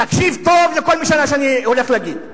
תקשיב טוב לכל מה שאני הולך להגיד,